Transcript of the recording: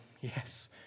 yes